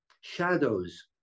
Shadows